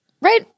right